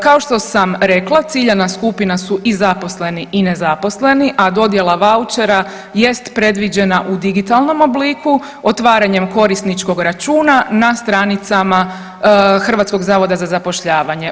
Kao što sam rekla ciljana skupina su i zaposleni i nezaposleni, a dodjela vouchera jest predviđena u digitalnom obliku otvaranjem korisničkog računa na stranicama Hrvatskog zavoda za zapošljavanje.